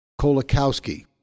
Kolakowski